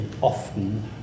often